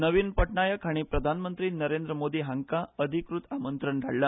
नवीन पटनायक हांणी प्रधानमंत्री नरेंद्र मोदी हांका अधिकृत आमंत्रण धाडला